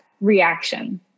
reaction